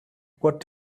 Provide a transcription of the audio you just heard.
what